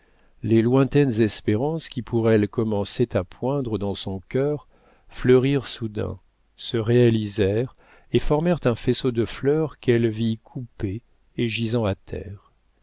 les lointaines espérances qui pour elle commençaient à poindre dans son cœur fleurirent soudain se réalisèrent et formèrent un faisceau de fleurs qu'elle vit coupées et gisant à terre